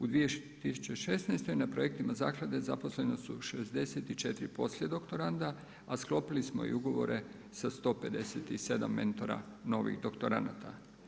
U 2016. na projektima zaklade zaposlena su 64 poslijedoktoranda, a sklopili smo i ugovore sa 157 mentora novih doktoranada.